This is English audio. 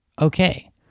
Okay